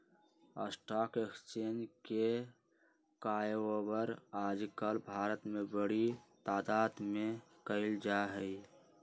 stock exchange के काएओवार आजकल भारत में बडी तादात में कइल जा हई